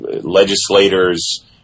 legislators